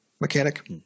mechanic